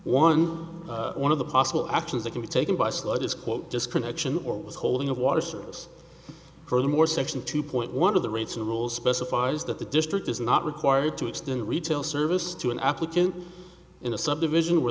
one one of the possible actions that can be taken by sludge is quote disconnection or withholding of water service furthermore section two point one of the rates and rules specifies that the district is not required to extend a retail service to an applicant in a subdivision where